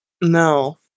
No